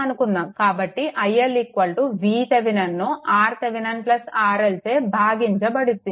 కాబట్టి ఈ iL VThevenin ను RThevenin RL చే భంగించబడింది